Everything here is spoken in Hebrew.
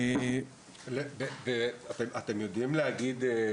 יש לי